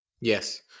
Yes